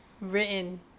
written